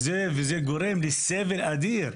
וזה גורם לסבל אדיר,